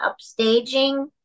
upstaging